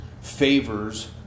favors